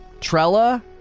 Trella